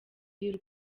y’u